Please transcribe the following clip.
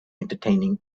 entertaining